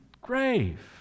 grave